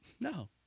No